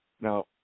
Now